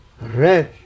red